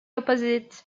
opposite